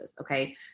Okay